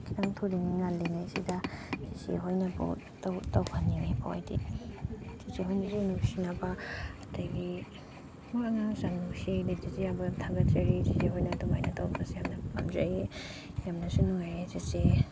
ꯈꯤꯇꯪ ꯊꯨꯔꯤꯉꯩ ꯉꯜꯂꯤꯉꯩꯁꯤꯗ ꯆꯦꯆꯦ ꯍꯣꯏꯅꯕꯨ ꯇꯧꯍꯟꯅꯤꯡꯉꯦꯕꯣ ꯑꯩꯗꯤ ꯆꯦꯆꯦ ꯍꯣꯏꯅꯁꯨ ꯅꯨꯡꯁꯤꯅꯕ ꯑꯗꯒꯤ ꯃꯣꯏ ꯑꯉꯥꯡꯁꯨ ꯌꯥꯝ ꯅꯨꯡꯁꯤ ꯑꯗꯒꯤ ꯆꯦꯆꯦ ꯍꯣꯏꯕꯨ ꯌꯥꯝ ꯊꯥꯒꯠꯆꯔꯤ ꯆꯦꯆꯦ ꯍꯣꯏꯅ ꯑꯗꯨꯃꯥꯏꯅ ꯇꯧꯕꯤꯕꯁꯦ ꯌꯥꯝꯅ ꯄꯥꯝꯖꯩ ꯌꯥꯝꯅꯁꯨ ꯅꯨꯡꯉꯥꯏꯔꯦ ꯆꯦꯆꯦ